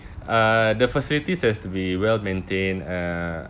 uh the facilities has to be well maintained uh